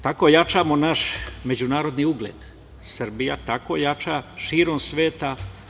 Tako jačamo naš međunarodni ugled, Srbija tako jača širom sveta.